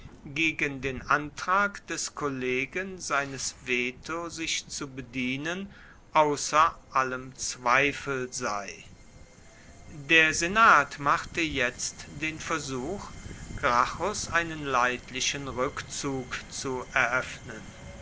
gegen den antrag des kollegen seines veto sich zu bedienen außer allem zweifel sei der senat machte jetzt den versuch gracchus einen leidlichen rückzug zu eröffnen